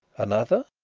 another.